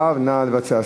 הצעת